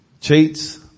cheats